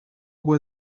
were